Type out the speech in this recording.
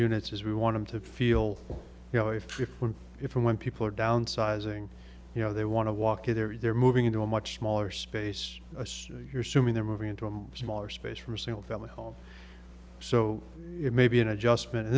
units is we want them to feel you know if when if and when people are downsizing you know they want to walk in there they're moving into a much smaller space you're assuming they're moving into a smaller space from a single family home so it may be an adjustment